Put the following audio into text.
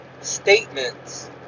statements